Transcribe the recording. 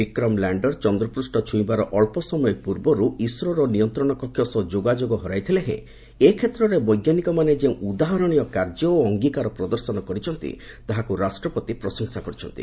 ବିକ୍ରମ ଲ୍ୟାଣର ଚନ୍ଦ୍ରପୃଷ୍ଣ ଛୁଇଁବାର ଅଳ୍ପ ସମୟ ପୂର୍ବରୁ ଇସ୍ରୋର ନିୟନ୍ତ୍ରଣକକ୍ଷ ସହ ଯୋଗାଯୋଗ ହରାଇଥିଲେ ହେଁ ଏ କ୍ଷେତ୍ରରେ ବୈଜ୍ଞାନିକମାନେ ଯେଉଁ ଉଦାହରଣୀୟ କାର୍ଯ୍ୟ ଓ ଅଙ୍ଗୀକାର ପ୍ରଦର୍ଶନ କରିଛନ୍ତି ତାହାକୁ ରାଷ୍ଟ୍ରପତି ପ୍ରଶଂସା କରିଛନ୍ତି